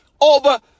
over